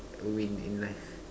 a win in life